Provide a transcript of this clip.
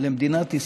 למדינת ישראל,